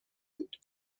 بود